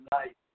tonight